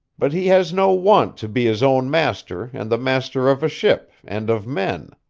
but he has no want to be his own master and the master of a ship, and of men.